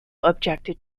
objected